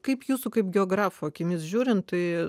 kaip jūsų kaip geografo akimis žiūrint tai